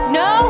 no